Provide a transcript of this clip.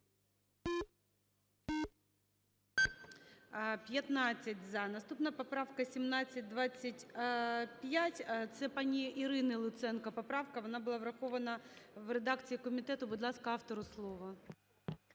За-15 Наступна поправка 1725. Це пані Ірини Луценко поправка, вона була врахована в редакції комітету. Будь ласка, автору слово.